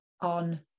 on